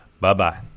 Bye-bye